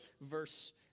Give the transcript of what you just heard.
verse